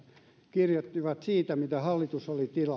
kirjoittivat sitä mitä hallitus oli tilannut